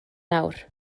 nawr